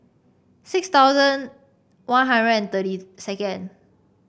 six thousand One Hundred and thirty second